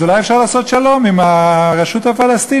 אז אולי אפשר לעשות שלום עם הרשות הפלסטינית?